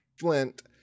flint